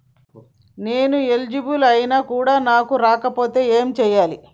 నేను ఎలిజిబుల్ ఐనా కూడా నాకు రాకపోతే ఏం చేయాలి?